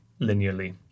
linearly